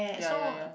ya ya ya